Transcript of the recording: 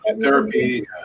therapy